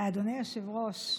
אדוני היושב-ראש,